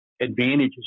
advantages